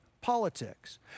politics